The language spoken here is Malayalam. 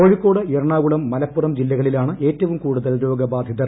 കോഴിക്കോട് എറണാകുളം മലപ്പുറം ജില്ലകളിലാണ് ഏറ്റവും കൂടുതൽ രോഗബാധിതർ